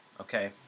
okay